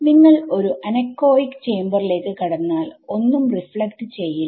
നിങ്ങൾ ഒരു അനകോയ്ക്ക്ചേമ്പറിലേക്ക് കടന്നാൽ ഒന്നും റീഫ്ലക്ട് ചെയ്യില്ല